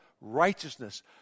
righteousness